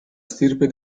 stirpe